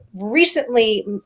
recently